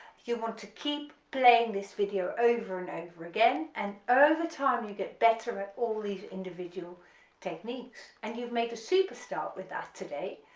you want to keep playing this video over and over again, and over time you get better at all these individual techniques, and you've made a superstar with that today,